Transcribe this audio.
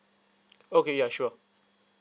okay ya sure